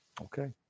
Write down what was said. Okay